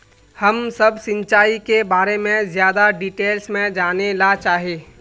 हम सब सिंचाई के बारे में ज्यादा डिटेल्स में जाने ला चाहे?